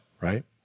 right